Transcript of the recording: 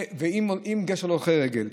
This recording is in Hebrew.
ועם גשר להולכי רגל.